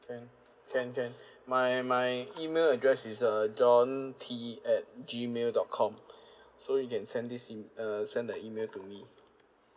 can can can my my email address is uh john T at gmail dot com so you can send this e~ uh send the email to me